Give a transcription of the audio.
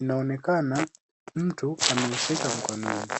unaonekana mtu ameushika mkononi.